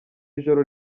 ijoro